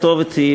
הכתובת היא,